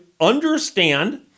understand